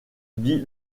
dit